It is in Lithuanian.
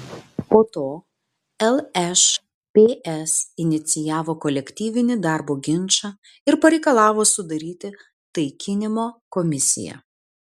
po to lšps inicijavo kolektyvinį darbo ginčą ir pareikalavo sudaryti taikinimo komisiją